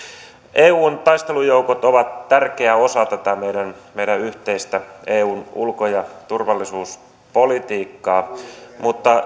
eun taistelujoukot ovat tärkeä osa tätä meidän meidän yhteistä eun ulko ja turvallisuuspolitiikkaa mutta